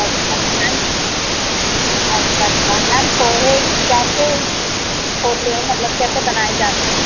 अच्छा मैम अच्छा अच्छा मैम पोहे कैसे होते हैं मतलब कैसे बनाए जाते हैं